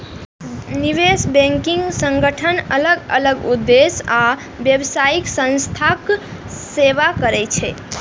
निवेश बैंकिंग संगठन अलग अलग उद्देश्य आ व्यावसायिक संस्थाक सेवा करै छै